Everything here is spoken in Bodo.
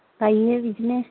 गायो बिदिनो